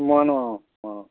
মই ন অঁ